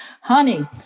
Honey